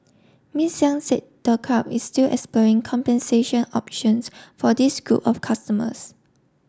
Miss Yang said the club is still exploring compensation options for this group of customers